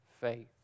faith